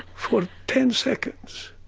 for ten seconds.